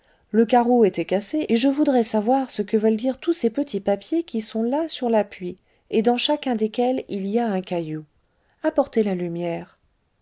le carreau était cassé et je voudrais savoir ce que veulent dire tous ces petits papiers qui sont là sur l'appui et dans chacun desquels il y a un caillou apportez la lumière